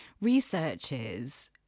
Researchers